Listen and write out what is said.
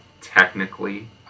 technically